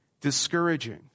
discouraging